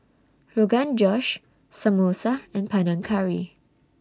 Rogan Josh Samosa and Panang Curry